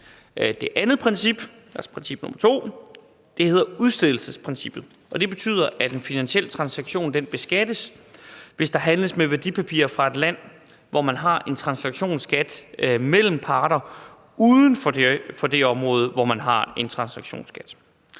Det andet princip, altså princip nr. 2, hedder udstedelsesprincippet. Det betyder, at en finansiel transaktion beskattes, hvis der handles med værdipapirer fra et land, hvor man har en transaktionsskat, mellem parter uden for det område, hvor man har en transaktionsskat.